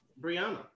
Brianna